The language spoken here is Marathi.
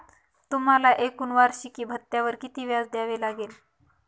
तुम्हाला एकूण वार्षिकी भत्त्यावर किती व्याज द्यावे लागले